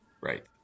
Right